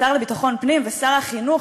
השר לביטחון הפנים ושר החינוך,